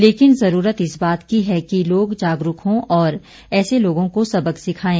लेकिन जरूरत इस बात की है कि लोग जागरूक हो और ऐसे लोगों को सबक सिखाएं